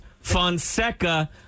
Fonseca